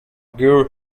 girl